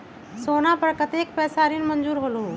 सोना पर कतेक पैसा ऋण मंजूर होलहु?